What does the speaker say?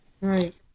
Right